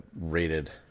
rated